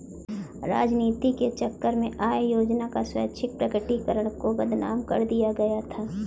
राजनीति के चक्कर में आय योजना का स्वैच्छिक प्रकटीकरण को बदनाम कर दिया गया था